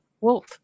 wolf